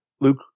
Luke